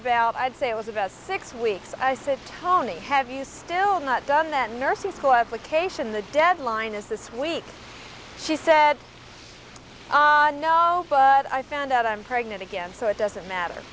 about i'd say it was about six weeks i said tony have you still not done that nursing school application the deadline is this week she said no but i found out i'm pregnant again so it doesn't matter